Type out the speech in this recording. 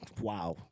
wow